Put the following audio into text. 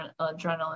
adrenaline